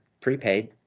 prepaid